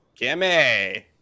Kimmy